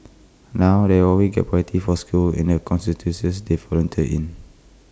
now they always get priority for schools in the constituencies they volunteer in